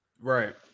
Right